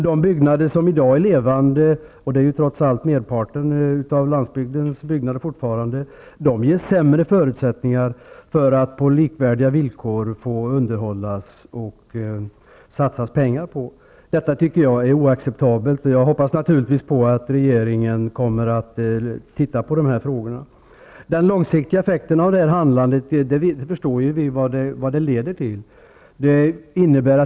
De byggnader som i dag är levande, och det är trots allt fortfarande merparten av byggnaderna på landsbygden, får man sämre förutsättningar för att underhålla och satsa pengar på. Detta tycker jag är oacceptabelt, och jag hoppas naturligtvis att regeringen kommer att se på dessa frågor. Vi förstår ju vad den långsiktiga effekten av det här handlandet blir.